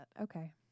Okay